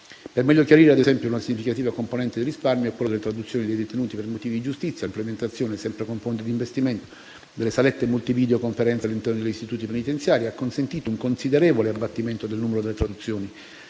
Per meglio chiarire, ad esempio, una significativa componente di risparmio è quella delle traduzioni dei detenuti per motivi di giustizia: l'implementazione, sempre con fondi di investimento, delle salette multi-video-conferenze all'interno degli istituti penitenziari ha consentito un considerevole abbattimento del numero delle traduzioni,